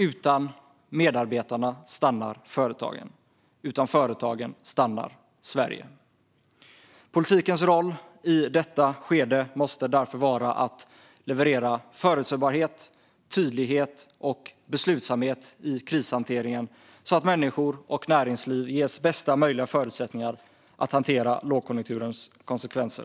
Utan medarbetarna stannar företagen, och utan företagen stannar Sverige. Politikens roll i detta skede måste därför vara att leverera förutsägbarhet, tydlighet och beslutsamhet i krishanteringen så att människor och näringsliv ges bästa möjliga förutsättningar att hantera lågkonjunkturens konsekvenser.